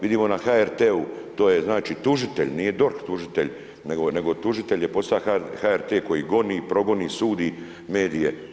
Vidimo na HRT-u to je znači tužitelj, nije DORH tužitelj, nego tužitelj je postao HRT koji goni, progoni, sudi medije.